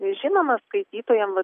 žinoma skaitytojam